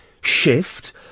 shift